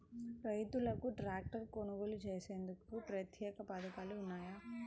రైతులకు ట్రాక్టర్లు కొనుగోలు చేసేందుకు ప్రత్యేక పథకాలు ఉన్నాయా?